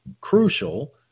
crucial